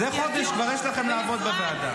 על זה יש לכם כבר חודש לעבוד בוועדה.